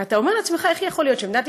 כי אתה אומר לעצמך: איך יכול להיות שבמדינת